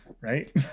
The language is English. right